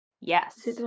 yes